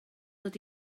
dod